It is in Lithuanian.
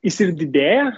jis ir didėja